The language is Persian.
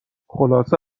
خلاصه